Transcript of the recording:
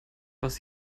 was